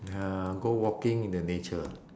uh go walking in the nature